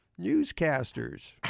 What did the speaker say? newscasters